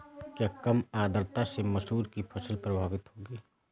क्या कम आर्द्रता से मसूर की फसल प्रभावित होगी?